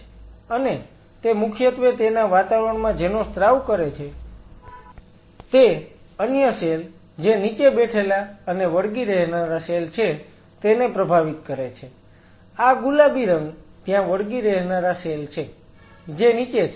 અને તે મુખ્યત્વે તેના વાતાવરણમાં જેનો સ્ત્રાવ કરે છે તે અન્ય સેલ જે નીચે બેઠેલા અને વળગી રહેનારા સેલ છે તેને પ્રભાવિત કરે છે આ ગુલાબી રંગ ત્યાં વળગી રહેનારા સેલ છે જે નીચે છે